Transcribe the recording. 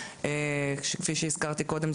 כפי שהזכרתי קודם,